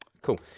Cool